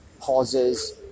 pauses